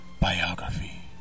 Biography